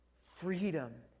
freedom